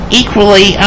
equally